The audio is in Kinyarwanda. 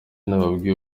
nababwiye